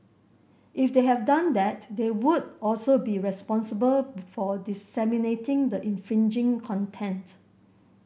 if they have done that they would also be responsible for disseminating the infringing content